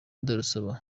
ndarusaba